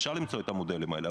אפשר למצוא את המודלים האלה,